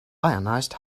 ionized